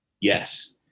Yes